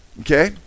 okay